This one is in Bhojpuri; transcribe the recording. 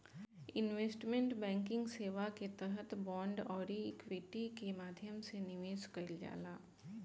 इन्वेस्टमेंट बैंकिंग सेवा के तहत बांड आउरी इक्विटी के माध्यम से निवेश कईल जाला